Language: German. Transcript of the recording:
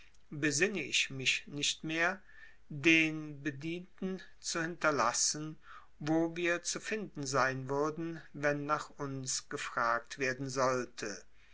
besinne ich mich nicht mehr den bedienten zu hinterlassen wo wir zu finden sein würden wenn nach uns gefragt werden sollte